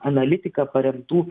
analitika paremtų